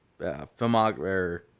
filmography